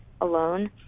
alone